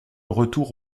retour